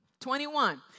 21